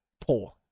poor